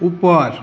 ઉપર